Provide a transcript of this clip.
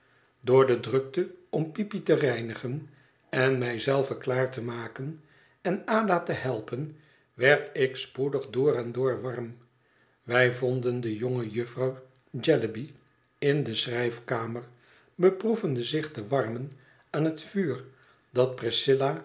door de drukte om peepy te reinigen en mij zelve klaar te maken en ada te helpen werd ik spoedig door en door warm wij vonden de jonge jufvrouw jellyby in de schrijfkamer beproevende zich te warmen aan het vuur dat